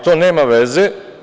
To nema veze.